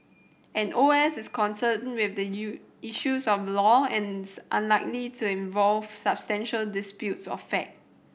an O S is concerned with issues of law and unlikely to involve substantial disputes of fact